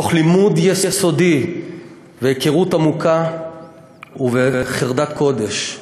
מתוך לימוד יסודי והיכרות עמוקה ובחרדת קודש.